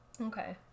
Okay